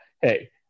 hey